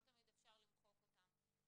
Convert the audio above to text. לא תמיד אפשר למחוק אותם.